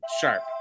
sharp